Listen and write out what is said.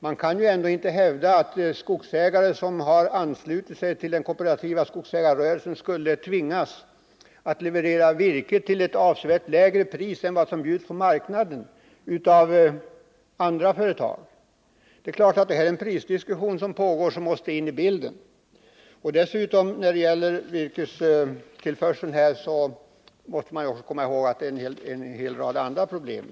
Man kan ju ändå inte hävda att skogsägare, som har anslutit sig till den kooperativa skogsägarrörelsen, skall tvingas att leverera virke till ett avsevärt lägre pris än andra företag på marknaden kan bjuda. Det är klart att den prisdiskussion som pågår måste tas med i bilden. Dessutom mäste man när det gäller virkestillförseln också komma ihäg att det finns en rad andra problem.